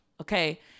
Okay